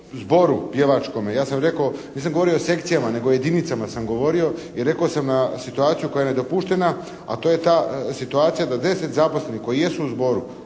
zboru pjevačkome ja sam rekao, nisam govorio o sekcijama, nego o jedinicama sam govorio i rekao sam situaciju koja je nedopuštena, a to je ta situacija da 10 zaposlenih koji jesu u zboru,